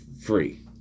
free